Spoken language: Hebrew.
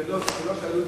זה לא תלוי,